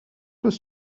was